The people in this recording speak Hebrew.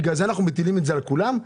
את ביטול הפטור הזה על כולם.